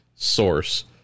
source